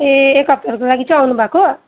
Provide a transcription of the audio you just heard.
ए एक हप्ताहरूको लागि चाहिँ आउनुभएको